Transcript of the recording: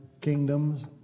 Kingdoms